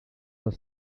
les